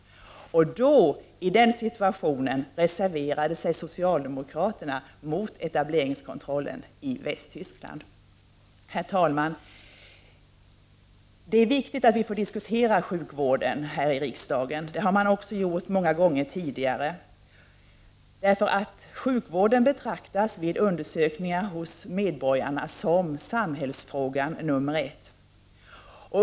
Förbundsdagen accepterade detta förslag, och i den situationen reserverade sig de västtyska socialdemokraterna mot införandet av etableringskontrollen. Herr talman! Det är viktigt att vi får diskutera sjukvården här i riksdagen. Det har man också gjort många gånger tidigare. Sjukvården betraktas vid undersökningar bland medborgarna som samhällsfrågan nummer ett.